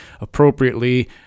appropriately